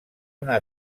una